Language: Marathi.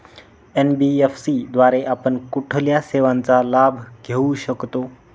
एन.बी.एफ.सी द्वारे आपण कुठल्या सेवांचा लाभ घेऊ शकतो?